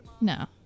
no